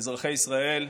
אזרחי ישראל,